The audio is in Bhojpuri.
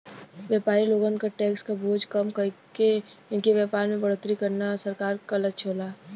व्यापारी लोगन क टैक्स क बोझ कम कइके उनके व्यापार में बढ़ोतरी करना सरकार क लक्ष्य होला